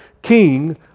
King